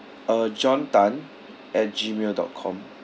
uh john tan at Gmail dot com